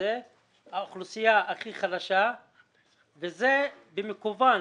האוכלוסייה הכי חלשה וזה במכוון.